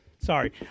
Sorry